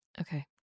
Okay